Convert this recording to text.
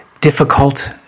Difficult